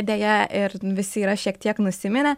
deja ir visi yra šiek tiek nusiminę